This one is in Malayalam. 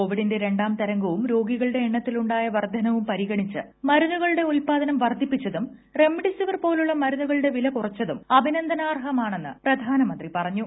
കോവിഡിന്റെ രണ്ടാം തരംഗവും രോഗിക്കളുടെ എണ്ണത്തിലുണ്ടായ വർദ്ധനയും പരിഗണിച്ച് മരുന്നുകളുട്ടി ഉത്പാദനം വർദ്ധിപ്പിച്ചതും റെംഡെസിവിർ പോലുള്ള മരുന്നു്കളുട്ട് വിലകുറച്ചതും അഭിനന്ദനാർഹമാണെന്ന് പ്രധ്യാന്മുന്തി പറഞ്ഞു